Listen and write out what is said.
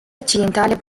occidentale